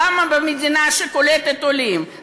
למה במדינה שקולטת עולים,